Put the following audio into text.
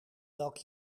welk